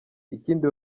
ikindi